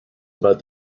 about